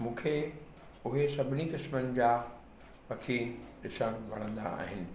मूंखे उहे सभिनी क़िस्मनि जा पखी ॾिसणु वणंदा आहिनि